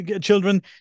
children